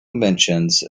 mentions